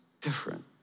different